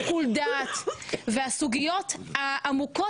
המשמעות היא שיקול הדעת והסוגיות העמוקות